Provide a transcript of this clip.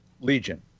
Legion